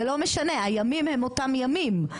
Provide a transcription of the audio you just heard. זה לא משנה הימים הם אותם ימים.